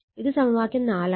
ഇത് സമവാക്യം ആണ്